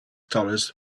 dollars